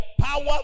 power